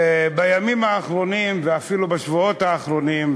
בימים האחרונים ואפילו בשבועות האחרונים,